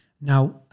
Now